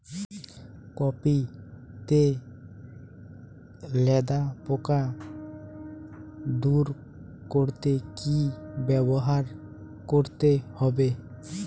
Copy তে লেদা পোকা দূর করতে কি ব্যবহার করতে হবে?